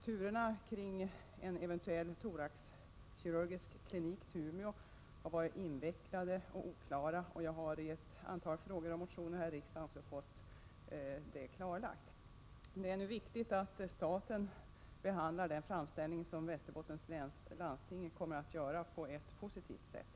Turerna kring en eventuell thoraxkirurgisk klinik i Umeå har varit invecklade och oklara. Jag har i ett antal frågor och motioner här i riksdagen fått det klarlagt. Det är nu viktigt att staten behandlar den framställning som Västerbottens läns landsting kommer att göra på ett positivt sätt.